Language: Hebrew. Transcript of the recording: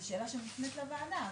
זו שאלה שמופנית לוועדה.